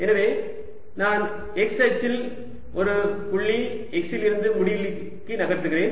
எனவே நான் x அச்சில் ஒரு புள்ளி x ல் இருந்து முடிவிலிக்கு நகர்கிறேன்